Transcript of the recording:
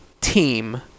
team